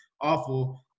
awful